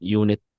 unit